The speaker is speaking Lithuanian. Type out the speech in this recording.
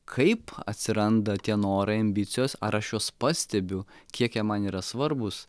kaip atsiranda tie norai ambicijos ar aš juos pastebiu kiek jie man yra svarbūs